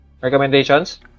recommendations